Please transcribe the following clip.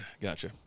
gotcha